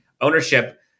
ownership